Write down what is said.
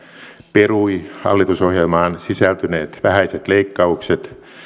perui hallitusohjelmaan sisältyneet vähäiset leikkaukset